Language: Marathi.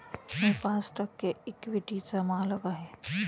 मी पाच टक्के इक्विटीचा मालक आहे